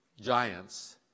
giants